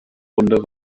runde